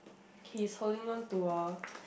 he is holding on to a